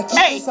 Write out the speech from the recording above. hey